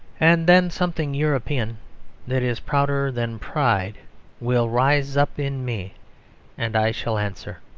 and then something european that is prouder than pride will rise up in me and i shall answer